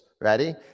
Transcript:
Ready